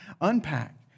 unpack